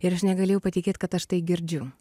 ir aš negalėjau patikėt kad aš tai girdžiu